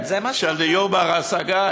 של דיור בר-השגה,